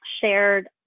shared